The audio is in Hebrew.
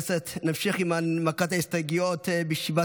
אין שום בהילות במתן החלטות מפלגות ומשסעות בתקופת לחימה.